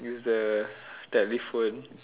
use the telephone